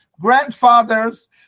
grandfathers